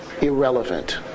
irrelevant